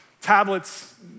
tablets